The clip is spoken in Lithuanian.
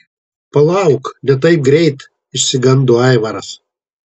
palauk ne taip greit išsigando aivaras